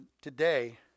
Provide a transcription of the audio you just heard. today